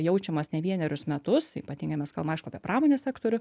jaučiamas ne vienerius metus ypatingai mes kalbam aišku apie pramonės sektorių